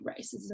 racism